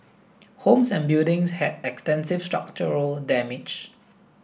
homes and buildings had extensive structural damage